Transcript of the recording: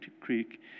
Creek